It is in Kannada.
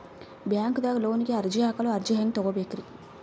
ಬ್ಯಾಂಕ್ದಾಗ ಲೋನ್ ಗೆ ಅರ್ಜಿ ಹಾಕಲು ಅರ್ಜಿ ಹೆಂಗ್ ತಗೊಬೇಕ್ರಿ?